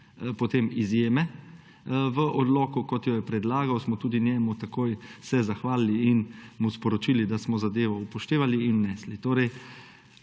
potem izjeme v odloku, kot jo je predlagal, smo tudi njemu takoj se zahvalili in mu sporočili, da smo zadevo upoštevali in vnesli.